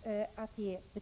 fler betygstillfällen än i årskurserna 8 och 9.